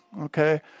okay